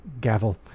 gavel